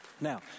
Now